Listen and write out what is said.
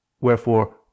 Wherefore